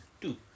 two